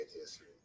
history